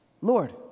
Lord